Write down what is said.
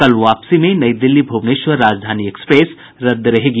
कल वापसी में नई दिल्ली भुवनेश्वर राजधानी एक्सप्रेस रद्द रहेगी